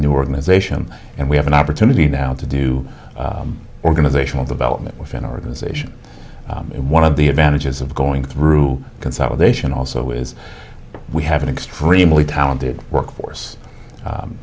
new organization and we have an opportunity now to do organizational development within the organization one of the advantages of going through consolidation also is we have an extremely talented workforce